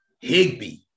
Higby